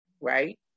right